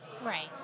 Right